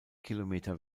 kilometer